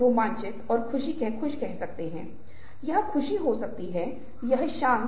mask एक ऐसी चीज है जिस पर मैं जल्दी से अमल कर लूँगा